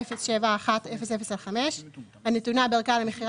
707100/5 הנתונה בערכהמכס